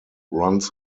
runs